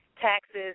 taxes